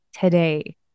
today